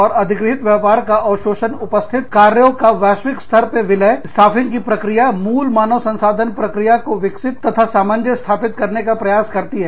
और अधिग्रहित व्यापार का अवशोषण उपस्थित कार्यों का वैश्विक स्तर पर विलय स्टाफिंग की प्रक्रिया मूल मानव संसाधन प्रक्रिया को विकसित तथा सामंजस्य स्थापित करने का प्रयास करती है